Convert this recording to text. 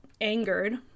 angered